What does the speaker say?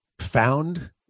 found